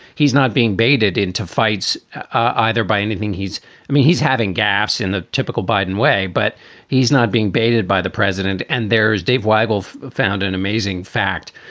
he's not being baited into fights either by anything. he's i mean, he's having gaffes in a typical biden way, but he's not being baited by the president. and there's dave weigel found an amazing fact,